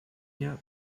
yet